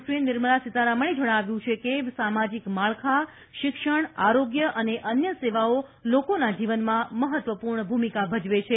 શ્રી નિર્મલા સીતારમણે જણાવ્યું છે કે સામાજિક માળખા શિક્ષણ આરોગ્ય અને અન્ય સેવાઓ લોકોના જીવનમાં મહત્વપૂર્ણ ભૂમિકા ભજવે છે